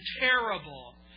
terrible